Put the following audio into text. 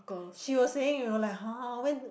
she was saying you know like [huh] when